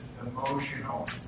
emotional